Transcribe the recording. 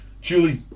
Julie